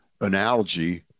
analogy